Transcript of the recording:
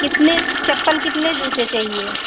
कितने चप्पल कितने जूते चाहिए